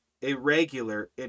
irregular